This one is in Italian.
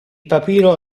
papiro